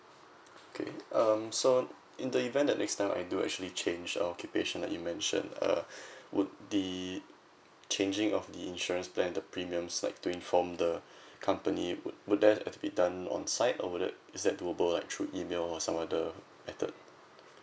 okay um so in the event that next time I do actually change occupation like you mentioned uh would the changing of the insurance plan the premiums like to inform the company would would that have to be done on site or would that is that durable like through email or some other method